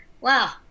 Wow